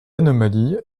anomalie